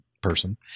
person